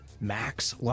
Max